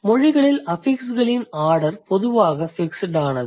மொழிகளில் அஃபிக்ஸ்களின் ஆர்டர் பொதுவாக ஃபிக்ஸ்ட் ஆனது